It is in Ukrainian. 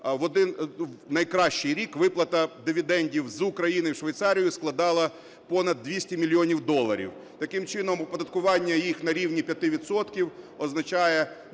найкращий рік виплата дивідендів з України в Швейцарію складала понад 200 мільйонів доларів. Таким чином оподаткування їх на рівні 5 відсотків